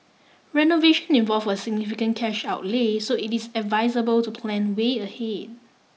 renovation involve a significant cash outlay so it is advisable to plan way ahead